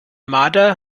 marder